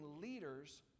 leaders